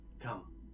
come